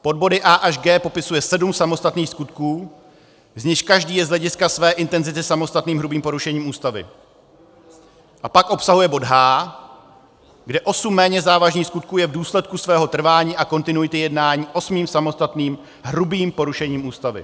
Pod body A až G popisuje sedm samostatných skutků, z nichž každý je z hlediska své intenzity samostatným hrubým porušením Ústavy, a pak obsahuje bod H, kde osm méně závažných skutků je v důsledku svého trvání a kontinuity jednání osmým samostatným hrubým porušením Ústavy.